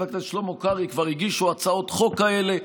הכנסת שלמה קרעי כבר הגישו הצעות חוק כאלה,